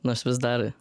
nors vis dar